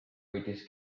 võitis